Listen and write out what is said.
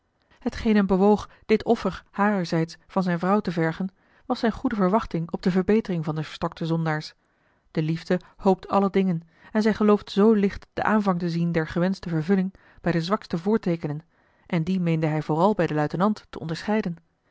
hem bewoog dit offer harerzijds van zijne vrouw te vergen was zijne goede verwachting op de verbetering van de verstokte zondaars de liefde hoopt alle dingen en zij gelooft zoo licht den aanvang te zien der gewenschte vervulling bij de zwakste voorteekenen en die meende hij vooral bij den luitenant te onderscheiden